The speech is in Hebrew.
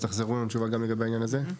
אז תחזרו אלינו עם התשובה גם לגבי העניין הזה.